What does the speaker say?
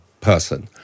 person